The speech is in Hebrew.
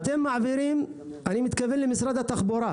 אני יושב-ראש ועד העובדים בחברת דן באר שבע.